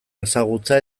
ezagutza